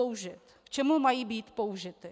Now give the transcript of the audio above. K čemu mají být použity.